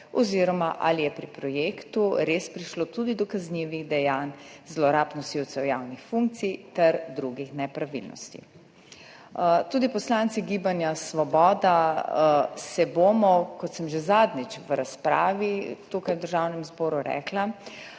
oziroma ali je pri projektu res prišlo tudi do kaznivih dejanj, zlorab nosilcev javnih funkcij ter drugih nepravilnosti. Tudi poslanci Gibanja Svoboda se bomo, kot sem rekla že zadnjič v razpravi tukaj v Državnem zboru,